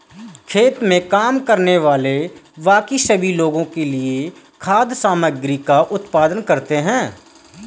खेत में काम करने वाले बाकी सभी लोगों के लिए खाद्य सामग्री का उत्पादन करते हैं